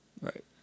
Right